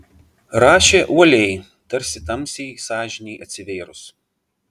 rašė uoliai tarsi tamsiai sąžinei atsivėrus